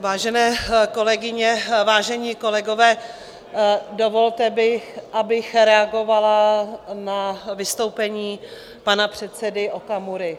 Vážené kolegyně, vážení kolegové, dovolte, abych reagovala na vystoupení pana předsedy Okamury.